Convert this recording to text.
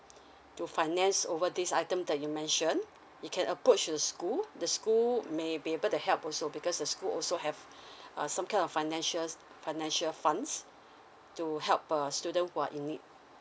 to finance over this item that you mentioned you can approach to the school the school may be able to help also because the school also have a some kind of financial financial funds to help a student who are in need